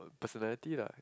personality lah